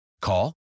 Call